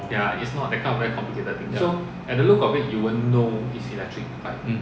ya mm